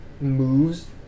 Moves